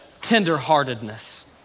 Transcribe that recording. tenderheartedness